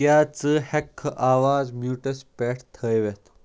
کیٛاہ ژٕ ہٮ۪ککھٕ آواز میٛوٗٹَس پٮ۪ٹھ تھٲوِتھ